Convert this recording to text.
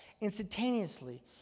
instantaneously